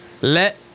Let